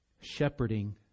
shepherding